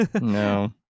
No